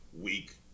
week